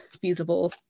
feasible